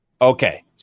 Okay